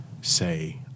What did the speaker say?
say